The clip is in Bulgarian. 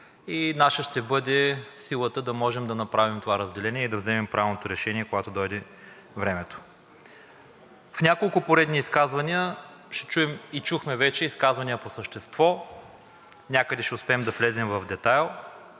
Наша ще бъде силата да можем да направим това разделение и да вземем правилното решение, когато дойде времето. В няколко поредни изказвания ще чуем и чухме вече изказвания по същество, някъде ще успеем да влезем в детайл,